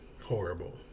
horrible